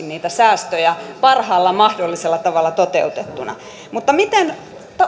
niitä säästöjä parhaalla mahdollisella tavalla toteutettuna mutta miten